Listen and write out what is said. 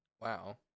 Wow